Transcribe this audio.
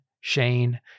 Shane